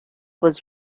was